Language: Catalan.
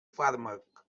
fàrmac